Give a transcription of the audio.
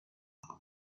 paul